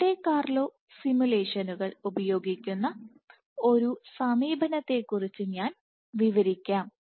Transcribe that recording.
Monte Carlo സിമുലേഷനുകൾ ഉപയോഗിക്കുന്ന ഒരു സമീപനത്തെക്കുറിച്ച് ഞാൻ വിവരിക്കാം